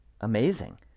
amazing